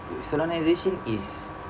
solemnisation is